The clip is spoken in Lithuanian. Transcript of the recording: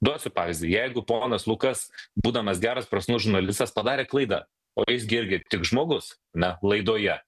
duosiu pavyzdį jeigu ponas lukas būdamas geras profesionalus žurnalistas padarė klaidą o jis gi irgi tik žmogus na laidoje